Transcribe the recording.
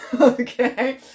okay